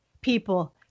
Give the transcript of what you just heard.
people